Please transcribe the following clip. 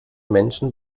menschen